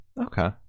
okay